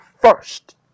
first